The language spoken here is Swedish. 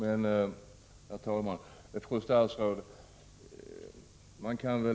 Herr talman!